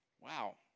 Wow